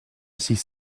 six